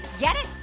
get it,